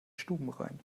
stubenrein